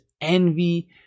envy